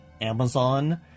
Amazon